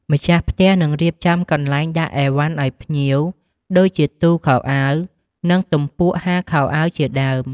ម្ចាស់ផ្ទះនឹងរៀបចំកន្លែងដាក់ឥវ៉ាន់ឲ្យភ្ញៀវ ដូចជា ទូខោអាវ និង ទំពក់ហាលខោអាវជាដើម។